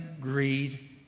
greed